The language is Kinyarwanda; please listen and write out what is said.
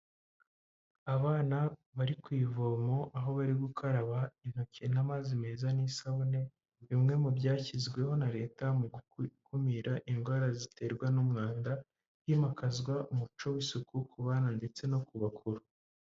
Abana bari ku ivomo aho bari gukaraba intoki n'amazi meza n'isabune, bimwe mu byashyizweho na Leta mu gukumira indwara ziterwa n'umwanda, himakazwa umuco w'isuku ku bana ndetse no ku bakuru.